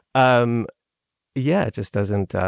um yeah. it just doesn't.